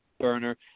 burner